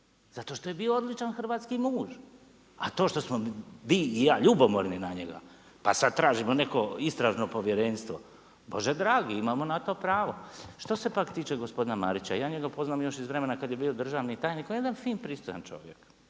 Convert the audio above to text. Zato što je bio odličan hrvatski muž, a to što smo vi i ja ljubomorni na njega, pa sad tražimo neko istražno povjerenstvo, Bože dragi, imamo na to pravo. Što se pak tiče gospodina Marića, ja njega poznam još iz vremena kad je bio državni tajnik. On je jedan fin, pristojan čovjek.